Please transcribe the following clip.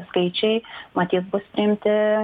skaičiai matyt bus imti